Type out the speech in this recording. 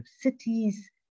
cities